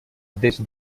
des